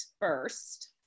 first